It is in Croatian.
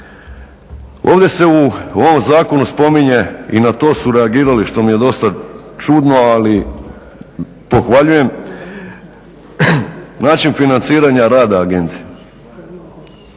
Ovdje se u ovom zakonu spominje i na to su reagirali što mi je dosta čudno ali pohvaljujem, način financiranja rada agencije.